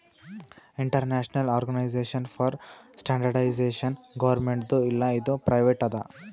international organization for standardization ಗೌರ್ಮೆಂಟ್ದು ಇಲ್ಲ ಇದು ಪ್ರೈವೇಟ್ ಅದಾ